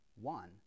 one